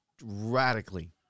radically